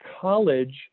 college